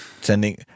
sending